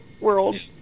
world